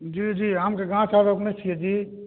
जी जी आमके गाछ आर रोपने छियै जी